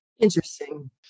interesting